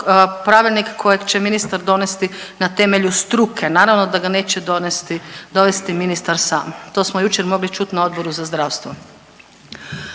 pravilnik kojeg će ministar donesti na temelju struke. Naravno da ga neće donesti, donesti ministar sam, to smo jučer mogli čuti na Odboru za zdravstvo.